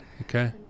okay